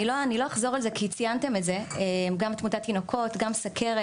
אני לא אחזור על זה כי ציינתם את זה גם תמותת תינוקת וגם סוכרת